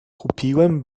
kupiłem